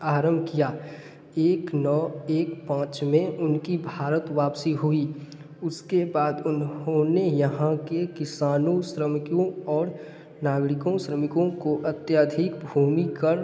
आरंभ किया एक नौ एक पाँच में उनकी भारत वापसी हुई उसके बाद उन्होंने यहाँ के किसानों श्रमिक्यों और नागरिकों श्रमिकों को अत्यधिक भूमि कर